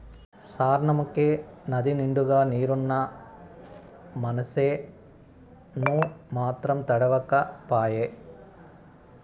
సార్నముకే నదినిండుగా నీరున్నా మనసేను మాత్రం తడవక పాయే